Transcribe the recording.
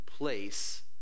place